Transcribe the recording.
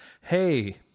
Hey